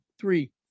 three